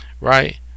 right